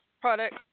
product